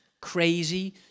crazy